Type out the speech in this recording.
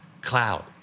Cloud